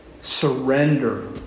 surrender